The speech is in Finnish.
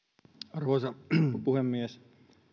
arvoisa puhemies